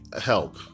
help